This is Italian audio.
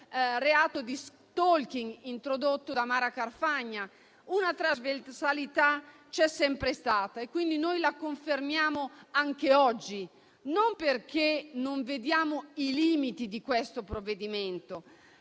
quest'ultimo introdotto da Mara Carfagna. Una trasversalità c'è sempre stata, quindi noi la confermiamo anche oggi e non perché non vediamo i limiti di questo provvedimento.